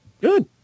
Good